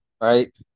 right